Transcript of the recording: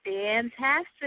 Fantastic